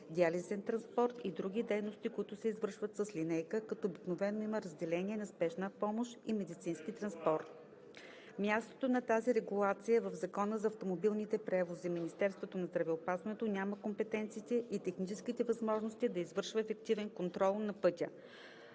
диализен транспорт и други дейности, които се изпълняват с линейка, като обикновено има разделение на спешна помощ и медицински транспорт. Мястото на тази регулация е в Закона за автомобилните превози. Министерството на здравеопазването няма компетенциите и техническите възможности да извършва ефективен контрол на пътя.